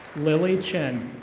lilly chen.